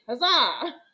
Huzzah